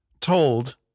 told